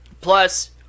Plus